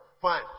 Fine